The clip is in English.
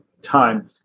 time